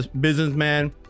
businessman